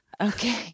Okay